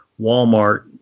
Walmart